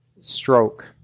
stroke